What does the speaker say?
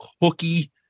hooky